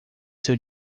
seu